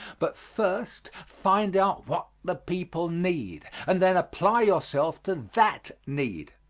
but first find out what the people need, and then apply yourself to that need,